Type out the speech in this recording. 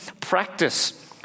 practice